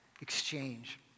exchange